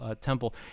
temple